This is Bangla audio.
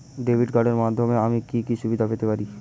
ডেবিট কার্ডের মাধ্যমে আমি কি কি সুবিধা পেতে পারি?